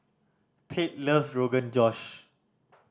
Pate loves Rogan Josh